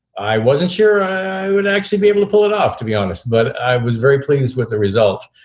i wasn't sure i would actually be able to pull it off, to be honest. but i was very pleased with the result.